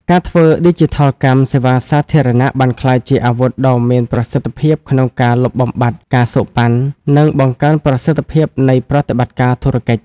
ការធ្វើឌីជីថលកម្មសេវាសាធារណៈបានក្លាយជាអាវុធដ៏មានប្រសិទ្ធភាពក្នុងការលុបបំបាត់ ការសូកប៉ាន់ និងបង្កើនប្រសិទ្ធភាពនៃប្រតិបត្តិការធុរកិច្ច។